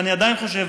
ואני עדיין חושב,